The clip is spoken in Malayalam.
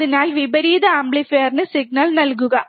അതിനാൽ വിപരീത ആംപ്ലിഫയർന് സിഗ്നൽ നൽകുക